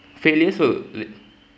failures will d~